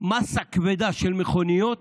מאסה כבדה של מכוניות